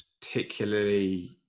particularly